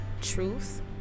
truth